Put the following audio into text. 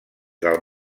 del